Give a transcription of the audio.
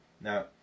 now